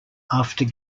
after